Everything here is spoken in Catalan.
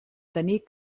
tenir